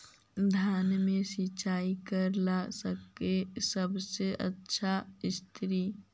धान मे सिंचाई करे ला सबसे आछा स्त्रोत्र?